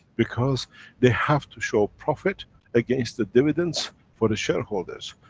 because they have to show profit against the dividends for the shareholders.